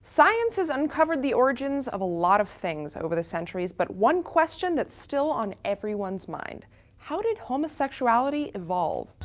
science has uncovered the origins of a lot of things over the centuries, but one question that's still on everyone's mind how did homosexuality evolve?